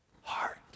heart